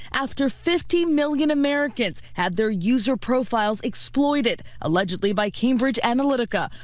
after fifty million americans had their user profiles exploited, allegedly by cambridge analyteica.